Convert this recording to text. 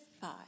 five